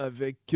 avec